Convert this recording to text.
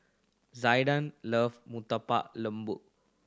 Zaiden love Murtabak Lembu